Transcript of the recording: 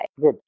Good